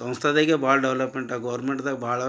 ಸಂಸ್ಥೆದಾಗೆ ಭಾಳ ಡೆವಲೆಪ್ಮೆಂಟ್ ಗವರ್ಮೆಂಟ್ದಾಗ ಭಾಳ